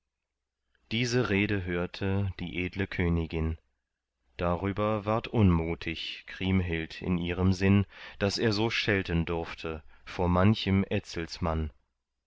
diese rede hörte die edle königin darüber ward unmutig kriemhild in ihrem sinn daß er so schelten durfte vor manchem